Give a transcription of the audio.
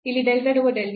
ಇಲ್ಲಿ del z over del u